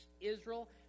Israel